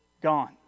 Gone